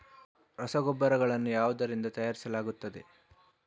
ರಸಗೊಬ್ಬರಗಳನ್ನು ಯಾವುದರಿಂದ ತಯಾರಿಸಲಾಗುತ್ತದೆ?